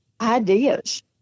ideas